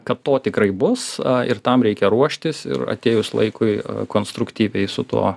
kad to tikrai bus ir tam reikia ruoštis ir atėjus laikui konstruktyviai su tuo